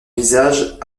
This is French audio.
visage